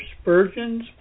Spurgeon's